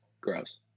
Gross